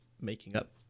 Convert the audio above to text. making-up